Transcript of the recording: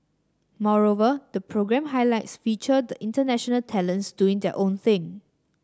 moreover the programme highlights featured the international talents doing their own thing